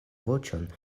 voĉon